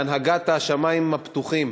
בהנהגת השמים הפתוחים